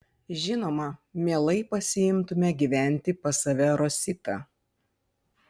žinoma mielai pasiimtume gyventi pas save rositą